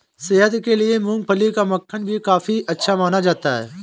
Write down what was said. सेहत के लिए मूँगफली का मक्खन भी काफी अच्छा माना जाता है